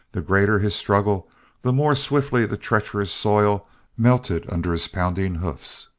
the greater his struggle the more swiftly the treacherous soil melted under his pounding hoofs.